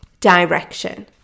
direction